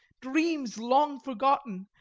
dreams long forgotten,